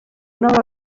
una